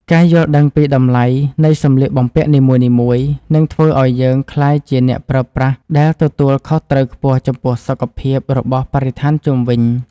ការយល់ដឹងពីតម្លៃនៃសម្លៀកបំពាក់នីមួយៗ នឹងធ្វើឱ្យយើងក្លាយជាអ្នកប្រើប្រាស់ដែលទទួលខុសត្រូវខ្ពស់ចំពោះសុខភាពរបស់បរិស្ថានជុំវិញ។